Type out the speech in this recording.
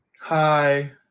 hi